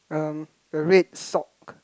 um a red sock